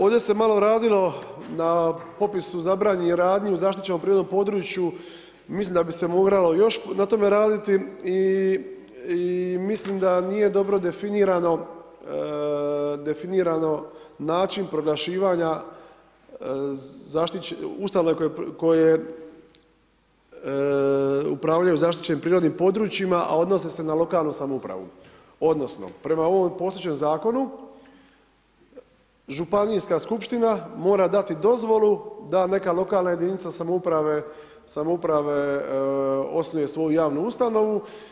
Ovdje se malo radilo na popisu zabranjenih radnji u zaštićenom prirodnom području, mislim da bi se moralo još na tome raditi i mislim da nije dobro definirano način proglašivanja ustanove koje upravljaju zaštićenim prirodnim područjima, a odnose se na lokalnu samoupravu, odnosno prema ovom postojećem zakonu Županijska skupština mora dati dozvolu da neka lokalna jedinica samouprave osnuje svoju javnu ustanovu.